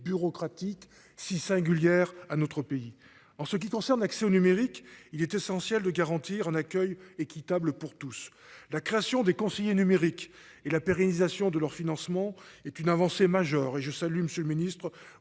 bureaucratique si singulière à notre pays en ce qui concerne l'accès au numérique. Il est essentiel de garantir un accueil équitable pour tous, la création des conseillers numériques et la pérennisation de leur financement est une avancée majeure et je salue Monsieur le Ministre,